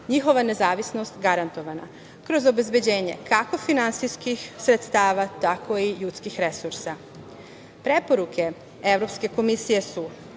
njihova nezavisnost garantovana kroz obezbeđenje kako finansijskih sredstava, tako i ljudskih resursa. Preporuke Evropske komisije su